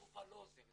התרופה לא עוזרת,